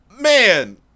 man